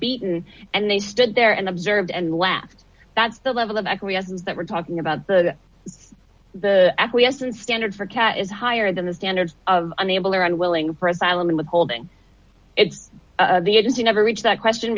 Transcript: beaten and they stood there and observed and laughed that's the level of acquiescence that we're talking about the the acquiescent standard for cat is higher than the standards of unable or unwilling for asylum in withholding it's the agency never reached that question